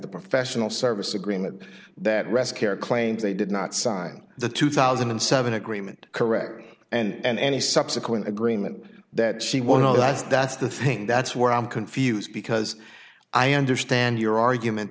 the professional service agreement that rest care claims they did not sign the two thousand and seven agreement correctly and any subsequent agreement that she would know that's that's the thing that's where i'm confused because i understand your argument